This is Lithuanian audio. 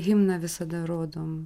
himną visada rodom